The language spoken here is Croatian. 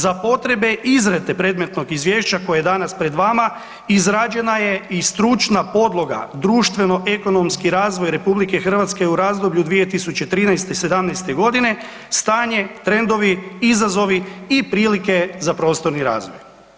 Za potrebe izrade predmetnog izvješća koje je danas pred vama izrađena je i stručna podloga društveno ekonomski razvoj RH u razdoblju 2013.-'17.g., stanje, trendovi, izazovi i prilike za prostorni razvoj.